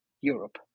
Europe